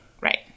Right